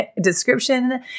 description